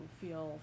feel